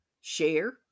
share